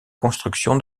construction